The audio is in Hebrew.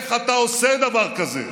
איך אתה עושה דבר כזה?